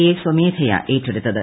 A സ്വമേധയാ ഏറ്റെടുത്തത്